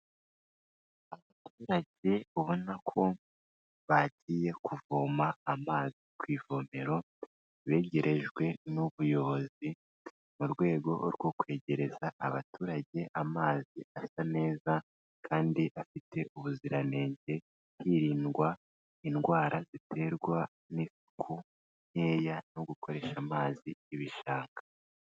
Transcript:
Abaturage ubona ko bagiye kuvoma amazi ku ivomero begerejwe n'ubuyobozi, mu rwego rwo kwegereza abaturage amazi asa neza kandi afite ubuziranenge, hirindwa indwara ziterwa n'isuku nkeya no gukoresha amazi y'ibishanga.